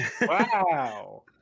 Wow